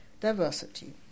diversity